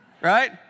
Right